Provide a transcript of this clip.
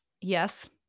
yes